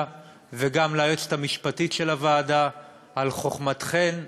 וגם ליועצת המשפטית של הוועדה על חוכמתכן,